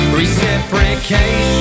reciprocation